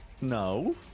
No